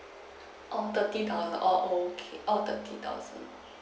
oh thirty dollar oh okay oh thirty thousand